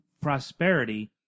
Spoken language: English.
prosperity